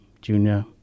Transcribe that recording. Junior